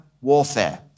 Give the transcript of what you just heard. warfare